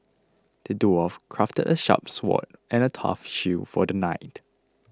the dwarf crafted a sharp sword and a tough shield for the knight